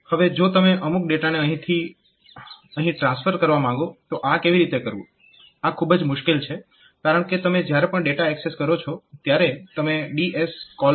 હવે જો તમે અમુક ડેટાને અહીંથી અહીં ટ્રાન્સફર કરવા માંગો તો આ કેવી રીતે કરવું આ ખૂબ જ મુશ્કેલ છે કારણકે તમે જ્યારે પણ ડેટા એક્સેસ કરો છો ત્યારે તમે DSoffset નો ઉપયોગ કરો છો